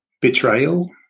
betrayal